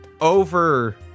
over